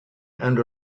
and